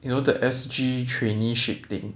you know the S_G traineeship thing